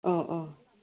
अ अ